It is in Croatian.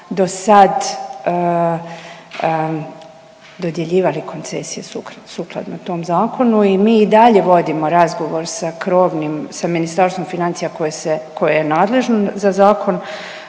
do sad dodjeljivali koncesije sukladno tom zakonu i mi i dalje vodimo razgovor sa krovnim, sa Ministarstvom financije koje se, koje je nadležno za Zakon